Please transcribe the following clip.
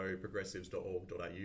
progressives.org.au